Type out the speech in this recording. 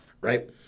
right